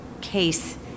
case